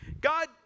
God